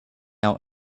out